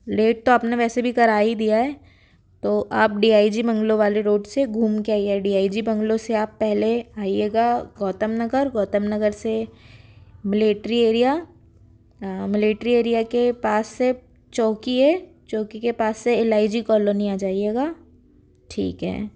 late तो आपने वैसे भी करा ही दिया है तो आप डी आई जी बंग्लो वाली रोड से घूम कर आइए डी आई जी बंग्लो से आप पहले आइएगा गौतम नगर गौतम नगर से मिलेट्री एरिया मिलेट्री एरिया के पास से चौकी है चौकी के पास से एल आई जी कॉलोनी आ जाइएगा ठीक है